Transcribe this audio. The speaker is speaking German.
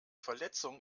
verletzung